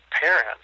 parents